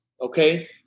okay